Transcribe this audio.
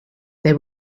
they